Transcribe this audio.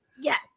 yes